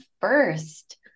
first